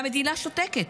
והמדינה שותקת.